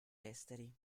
esteri